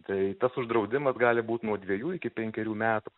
tai tas uždraudimas gali būt nuo dviejų iki penkerių metų